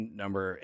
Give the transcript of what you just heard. number